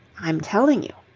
i'm telling you.